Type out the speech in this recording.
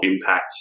impact